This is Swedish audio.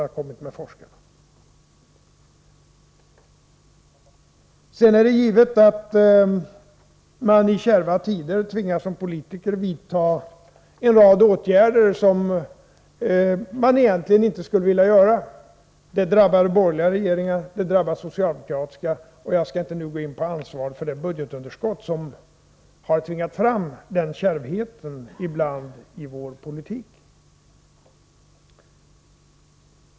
Det är givet att man som politiker i kärva tider tvingas vidta en rad åtgärder som man egentligen inte skulle vilja vidta. Det drabbar borgerliga regeringar och det drabbar socialdemokratiska. Jag skall nu inte gå in på frågan om vem som bär ansvaret för det budgetunderskott som ibland tvingat fram kärvhet i vår politik.